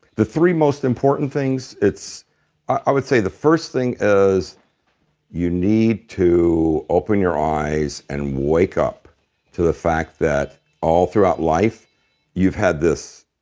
the three most important things. i would say the first thing is you need to open your eyes and wake up to the fact that all throughout life you've had this.